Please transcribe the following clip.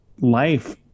life